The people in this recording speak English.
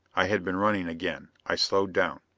i had been running again. i slowed down.